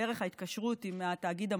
דרך ההתקשרות עם התאגיד המוכר,